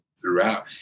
throughout